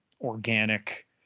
organic